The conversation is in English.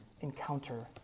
encounter